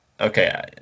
Okay